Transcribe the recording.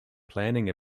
planning